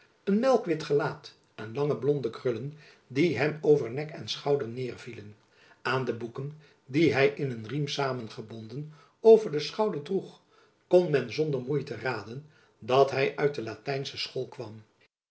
een melkwit gelaat en lange blonde krullen die hem over nek en schouderen neêrvielen aan de boeken die hy in een riem samengebonden over den schouder droeg kon men zonder moeite raden dat hy uit de latijnsche school kwam